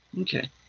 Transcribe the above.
Okay